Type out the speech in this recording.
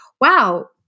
wow